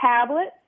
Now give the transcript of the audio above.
tablet